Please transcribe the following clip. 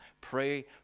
Pray